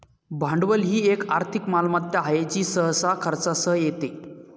भांडवल ही एक आर्थिक मालमत्ता आहे जी सहसा खर्चासह येते